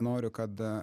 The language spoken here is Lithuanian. noriu kad